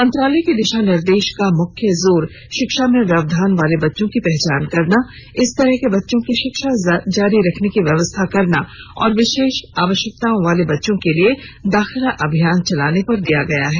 मंत्रालय के दिशा निर्देशों का मुख्य जोर शिक्षा में व्यवधान वाले बच्चों की पहचान करना इस तरह के बच्चों की शिक्षा जारी रखने की व्यवस्था करना और विशेष आवश्यकताओं वाले बच्चों के लिए दाखिला अभियान चलाने पर दिया गया है